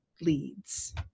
leads